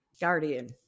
guardian